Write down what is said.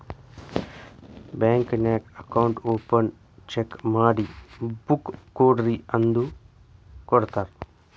bank ನಾಗ್ account open check ಮಾಡಿ book ಕೊಡ್ರಿ ಅಂದುರ್ ಕೊಡ್ತಾರ್